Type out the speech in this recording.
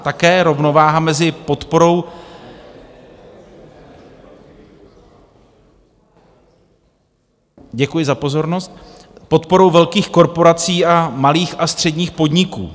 Také rovnováha mezi podporou děkuji za pozornost velkých korporací a malých a středních podniků.